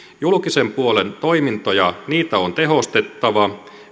julkisen puolen toimintoja on tehostettava